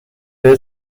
بهت